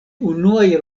unuaj